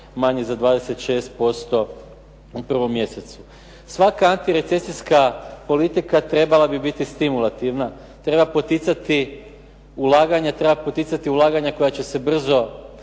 manji za 26% u prvom mjesecu. Svaka antirecesijska politika trebala bi biti stimulativna. Treba poticati ulaganja, treba